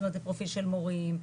פרופיל של מורים,